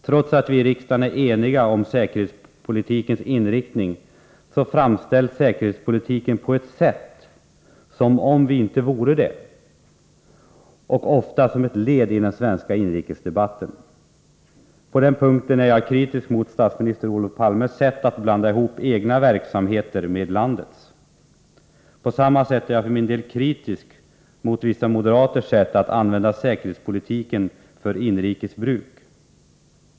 Trots att vi i riksdagen är eniga om säkerhetspolitikens inriktning, framställs säkerhetspolitiken som om vi inte vore det och som om den var ett led i den svenska inrikesdebatten. På den punkten är jag kritisk mot statsminister Olof Palmes sätt att blanda ihop egna verksamheter med landets. På samma sätt är jag kritisk mot vissa moderaters sätt att använda säkerhetspolitiken för inrikes bruk.